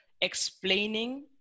explaining